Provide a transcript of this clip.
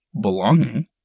belonging